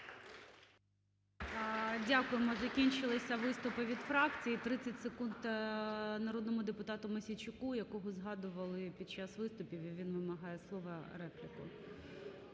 Дякуємо, закінчилися виступи від фракцій. 30 секунд народному депутату Мосійчуку, якого згадували під час виступів і він вимагає слова, репліку.